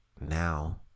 now